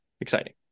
exciting